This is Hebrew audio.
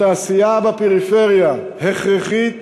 התעשייה בפריפריה הכרחית